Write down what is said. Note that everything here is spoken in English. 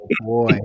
boy